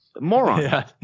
moron